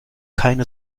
keine